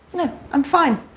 no i'm fine.